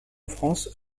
france